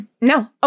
no